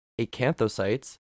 acanthocytes